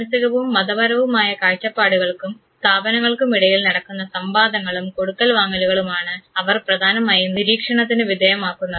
മാനസികവും മതപരവുമായ കാഴ്ചപ്പാടുകൾക്കും സ്ഥാപനങ്ങൾക്കും ഇടയിൽ നടക്കുന്ന സംവാദങ്ങളും കൊടുക്കൽവാങ്ങലുകളുമാണ് അവർ പ്രധാനമായും നിരീക്ഷണത്തിനു വിധേയമാക്കുന്നത്